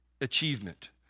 achievement